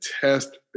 test